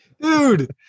dude